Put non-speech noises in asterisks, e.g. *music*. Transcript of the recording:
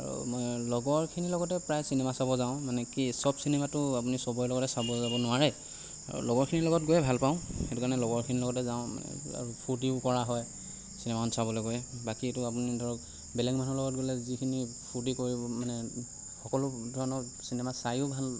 আৰু মই লগৰখিনি লগতো প্ৰায় চিনেমা চাব যাওঁ মানে কি সব চিনেমাটো আপুনি সবৰে লগতে চাব যাব নোৱাৰে আৰু লগৰখিনি লগত গৈ ভাল পাওঁ সেইটো কাৰণে লগৰখিনি লগতে যাওঁ *unintelligible* ফুৰ্তিও কৰা হয় চিনেমাখন চাবলৈ গৈ বাকীটো আপুনি ধৰক বেলেগ মানুহ লগত গ'লে যিখিনি ফুৰ্তি কৰিব মানে সকলো ধৰণৰ চিনেমা চাইও ভাল